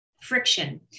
Friction